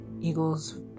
Eagles